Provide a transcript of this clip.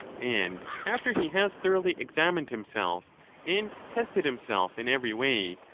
and after he has thoroughly examined himself and tested himself in every way,